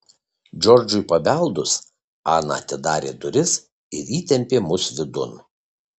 džordžui pabeldus ana atidarė duris ir įtempė mus vidun